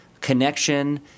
connection